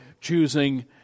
choosing